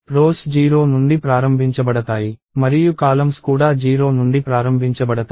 rose 0 నుండి ప్రారంభించబడతాయి మరియు కాలమ్స్ కూడా 0 నుండి ప్రారంభించబడతాయి